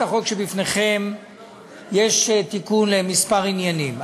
החוק שלפניכם יש תיקון לכמה עניינים.